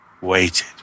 Waited